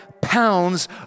pounds